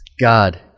God